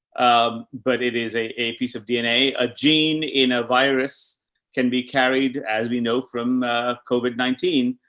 um, but it is a a piece of dna. a gene in a virus can be carried as we know from covid nineteen,